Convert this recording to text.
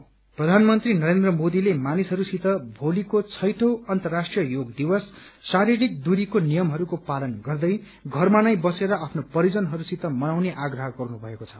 पप्रधानमन्त्री नरेन्द्र मोदीले मानिसहस्सित भोलीको छैठौँ अन्तर्राष्ट्रीय योग दिवस शारीरिक दूरीको नियमहरूको पालन गर्दै घरमा नै बसेर आफ्नो परीजनहरूसित मनाउने आप्रह गर्नुभएको छ